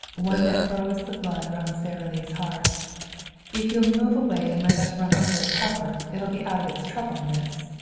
one that froze the blood round sara lee's heart if you'll move away and let us run over it proper it'll be out of its trouble, miss.